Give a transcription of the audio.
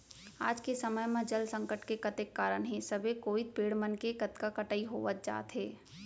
आज के समे म जल संकट के कतेक कारन हे सबे कोइत पेड़ मन के कतका कटई होवत जात हे